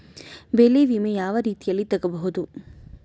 ಬೆಳೆ ವಿಮೆ ಯಾವ ರೇತಿಯಲ್ಲಿ ತಗಬಹುದು?